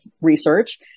research